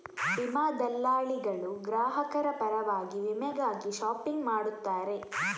ವಿಮಾ ದಲ್ಲಾಳಿಗಳು ಗ್ರಾಹಕರ ಪರವಾಗಿ ವಿಮೆಗಾಗಿ ಶಾಪಿಂಗ್ ಮಾಡುತ್ತಾರೆ